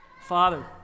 Father